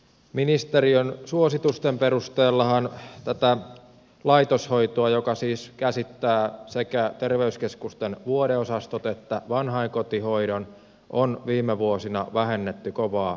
ministeriön suositustenhan perusteella tätä laitoshoitoa joka siis käsittää sekä terveyskeskusten vuodeosastot että vanhainkotihoidon on viime vuosina vähennetty kovaa vauhtia